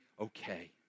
okay